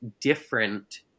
different